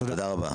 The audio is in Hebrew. תודה רבה.